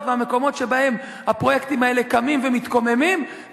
והמקומות שבהם הפרויקטים האלה קמים ומתקוממים,